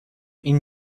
این